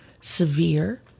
severe